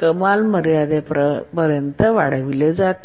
कमाल मर्यादेपर्यन्त वाढविली जाते